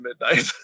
Midnight